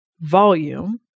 volume